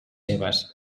seves